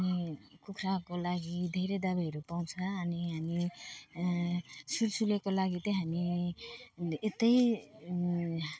अनि कुखुराको लागि धेरै दबाईहरू पाउँछ अनि हामी सुलसुलेको लागि त हामी हामीले यता